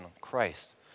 Christ